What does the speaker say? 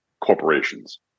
corporations